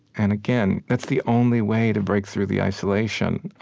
and, again, that's the only way to break through the isolation.